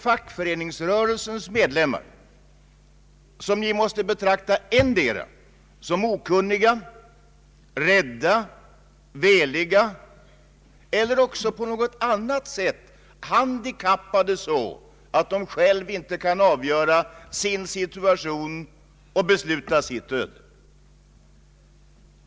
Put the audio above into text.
Fackföreningens medlemmar måtte ni betrakta som okunniga, rädda, veliga eller också på något annat sätt handikappade så att de själva inte kan avgöra sin situation och besluta sitt öde.